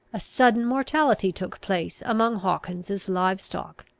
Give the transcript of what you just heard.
a sudden mortality took place among hawkins's live stock,